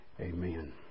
Amen